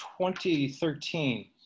2013